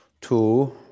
Two